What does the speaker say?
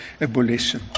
abolition